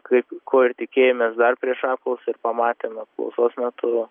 kaip ko ir tikėjomės dar prieš apklausą ir pamatėm apklausos metu